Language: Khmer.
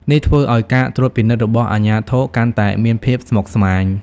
នេះធ្វើឱ្យការត្រួតពិនិត្យរបស់អាជ្ញាធរកាន់តែមានភាពស្មុគស្មាញ។